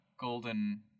golden